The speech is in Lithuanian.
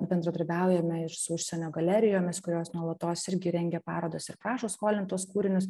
bendradarbiaujame ir su užsienio galerijomis kurios nuolatos irgi rengia parodas ir prašo skolint tuos kūrinius